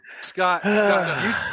Scott